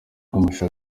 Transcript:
amashusho